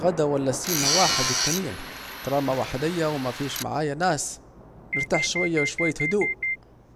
غدا ولا سيما واحد التنين، طالما وحديا ومفيش معايا ناس، نرتاح شوية وشوية هدوء